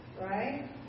Right